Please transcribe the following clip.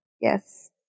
Yes